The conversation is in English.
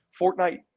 Fortnite